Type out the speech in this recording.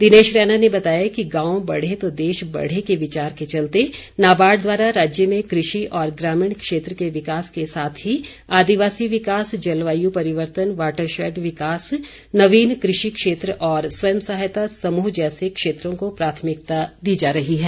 दिनेश रैना ने बताया कि गांव बढ़े तो देश बढ़े के विचार के चलते नाबार्ड द्वारा राज्य में कृषि और ग्रामीण क्षेत्र के विकास के साथ ही आदिवासी विकास जलवायू परिवर्तन वॉटरशैड विकास नवीन कृषि क्षेत्र और स्वयं सहायता समूह जैसे क्षेत्रों को प्राथमिकता दी जा रही है